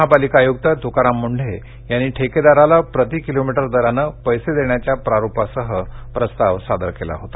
महापालिका आयुक्त तुकाराम मुंढे यांनी ठेकेदाराला प्रति किलोमीटर दराने पैसे देण्याच्या प्रारूपासह प्रस्ताव सादर केला होता